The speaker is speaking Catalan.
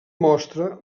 mostra